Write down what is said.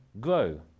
grow